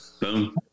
Boom